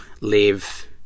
live